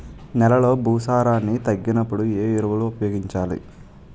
నెలలో భూసారాన్ని తగ్గినప్పుడు, ఏ ఎరువులు ఉపయోగించాలి?